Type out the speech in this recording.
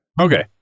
okay